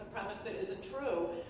premise that isn't true